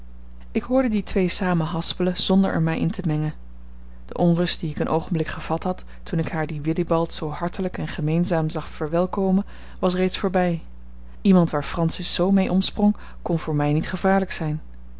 ik hoorde die twee samen haspelen zonder er mij in te mengen de onrust die ik een oogenblik gevat had toen ik haar dien willibald zoo hartelijk en gemeenzaam zag verwelkomen was reeds voorbij iemand waar francis zoo mee omsprong kon voor mij niet gevaarlijk zijn